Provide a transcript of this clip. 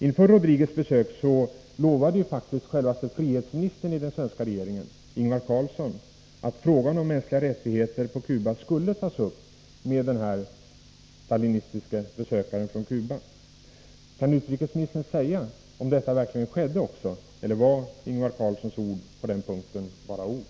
Inför Rodriguez besök lovade faktiskt självaste frihetsministern i den svenska regeringen, Ingvar Carlsson, att frågan om mänskliga rättigheter på Cuba skulle tas upp med den stalinistiske besökaren från Cuba. Kan utrikesministern säga om detta verkligen skedde, eller var Ingvar Carlssons ord på den punkten bara ord?